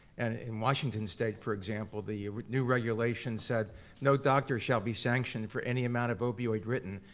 and in washington state, for example, the new regulations said no doctor shall be sanctioned for any amount of opioid written,